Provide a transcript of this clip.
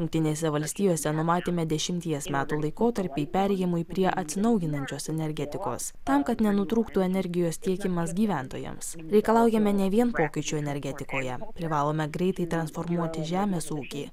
jungtinėse valstijose numatėme dešimties metų laikotarpį perėjimui prie atsinaujinančios energetikos tam kad nenutrūktų energijos tiekimas gyventojams reikalaujame ne vien pokyčių energetikoje privalome greitai transformuoti žemės ūkį